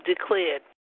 declared